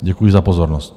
Děkuji za pozornost.